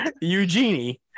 Eugenie